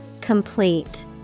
Complete